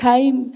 Time